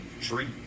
tree